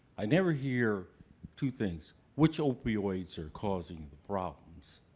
i never hear two things, which opioid are causing the problems,